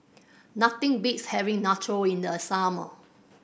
nothing beats having Nacho in the summer